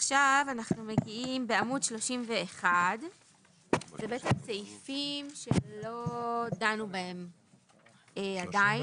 עכשיו אנחנו מגיעים לעמוד 31. זה סעיפים שלא דנו בהם עדיין.